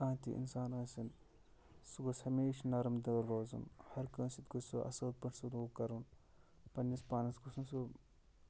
کانٛہہ تہِ اِنسان ٲسِن سُہ گوٚژھ ہمیشہ نَرم دِل روزُن ہرکٲنٛسِہ سۭتۍ گوٚژھ سُہ اَصٕل پٲٹھۍ سلوٗک کَرُن پَنٛنِس پانَس گوٚژھ نہٕ سُہ